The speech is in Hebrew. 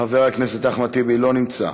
חבר הכנסת אחמד טיבי, לא נמצא,